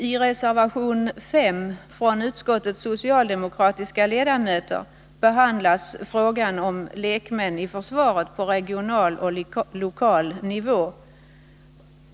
I reservation 5 från utskottets socialdemokratiska ledamöter behandlas frågan om lekmän i försvaret på regional och lokal nivå.